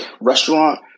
restaurant